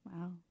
Wow